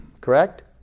correct